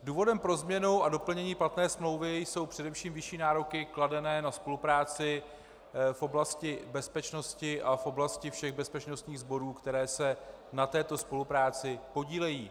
Důvodem pro změnu a doplnění platné smlouvy jsou především vyšší nároky kladené na spolupráci v oblasti bezpečnosti a v oblasti všech bezpečnostních sborů, které se na této spolupráci podílejí.